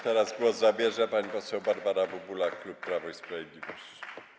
Teraz głos zabierze pani poseł Barbara Bubula, klub Prawo i Sprawiedliwość.